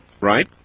Right